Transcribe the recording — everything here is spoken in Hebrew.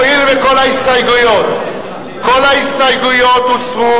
הואיל וכל ההסתייגויות הוסרו,